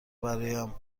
برایم